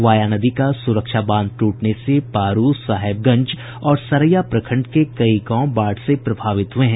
via नदी का सुरक्षा बांध टूटने से पारू साहेबगंज और सरैया प्रखंड के कई गांव बाढ़ से प्रभावित हुए हैं